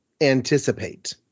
anticipate